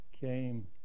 came